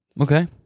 Okay